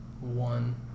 one